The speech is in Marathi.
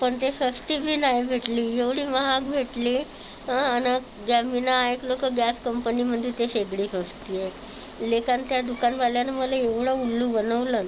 पण ते स्वस्तबी नाही भेटली एवढी महाग भेटली आणि गॅ मी ऐकलं का गॅस कंपनीमध्ये ते शेगडी स्वस्त आहे लेकान त्या दुकानवाल्यानं मला एवढं उल्लू बनवलंन